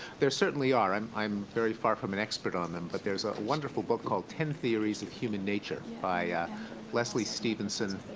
there certainly are. i'm i'm very far from an expert on them. but there is a wonderful book called ten theories of human nature by leslie stevenson,